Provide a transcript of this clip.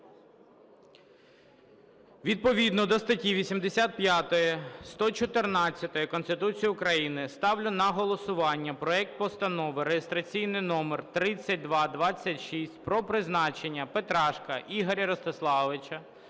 Відповідно до статті 85, 114 Конституції України ставлю на голосування проект Постанови, реєстраційний номер 3226, про призначення Петрашка Ігоря Ростиславовича